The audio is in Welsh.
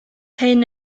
hyn